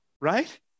right